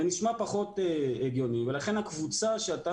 זה נשמע פחות הגיוני ולכן הקבוצה שאתה